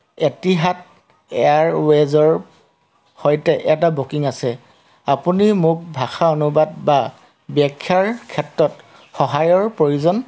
Etihad এয়াৰৱেজৰ সৈতে এটা বুকিং আছে আপুনি মোক ভাষা অনুবাদ বা ব্যাখ্যাৰ ক্ষেত্ৰত সহায়ৰ প্ৰয়োজন